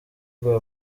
rwa